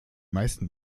meisten